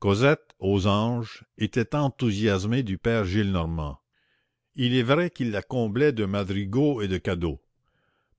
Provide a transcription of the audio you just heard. cosette aux anges était enthousiasmée du père gillenormand il est vrai qu'il la comblait de madrigaux et de cadeaux